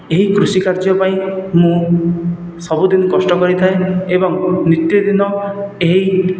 ଏହି କୃଷି କାର୍ଯ୍ୟ ପାଇଁ ମୁଁ ସବୁଦିନ କଷ୍ଟ କରିଥାଏ ଏବଂ ନୀତିଦିନ ଏହି